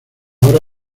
hora